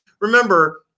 remember